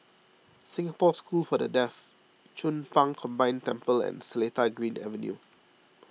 Singapore School for the Deaf Chong Pang Combined Temple and Seletar Green Avenue